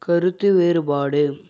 கருத்து வேறுபாடு